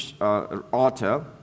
author